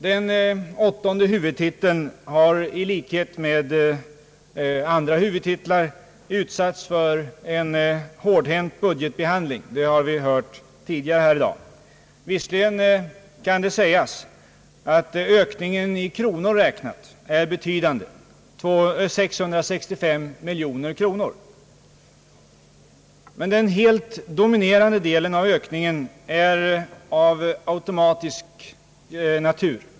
Den åttonde huvudtiteln har i likhet med andra huvudtitlar utsatts för en hårdhänt budgetbehandling — det har vi hört tidigare här i dag. Visserligen kan det sägas att ökningen i kronor räknat är betydande — 665 miljoner kronor. Men den helt dominerande delen av ökningen är av automatisk natur.